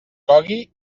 cogui